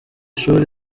shuri